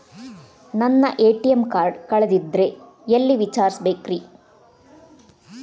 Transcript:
ನನ್ನ ATM card ಕಳದದ್ರಿ ಎಲ್ಲಿ ವಿಚಾರಿಸ್ಬೇಕ್ರಿ?